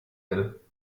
will